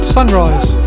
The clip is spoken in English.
Sunrise